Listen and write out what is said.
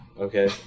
okay